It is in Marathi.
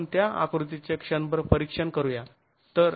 आपण त्या आकृतीचे क्षणभर परीक्षण करूया